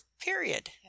period